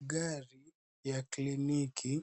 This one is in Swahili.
Gari ya kliniki